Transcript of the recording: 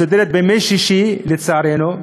משודרת בימי שישי, לצערנו,